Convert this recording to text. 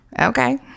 Okay